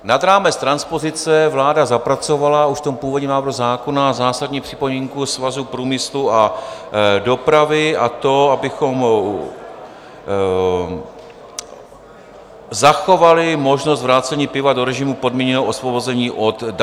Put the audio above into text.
Nad rámec transpozice vláda zapracovala už v tom původním návrhu zákona zásadní připomínku Svazu průmyslu a dopravy, a to abychom zachovali možnost vrácení piva do režimu podmíněného osvobození od daně.